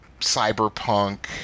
Cyberpunk